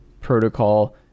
protocol